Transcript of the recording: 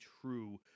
true